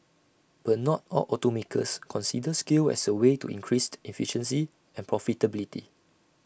but not all automakers consider scale as A way to increased efficiency and profitability